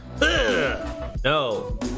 no